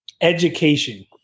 Education